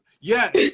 yes